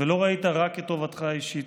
ולא ראית רק את טובתך האישית.